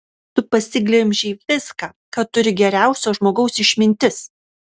tu pasiglemžei viską ką turi geriausio žmogaus išmintis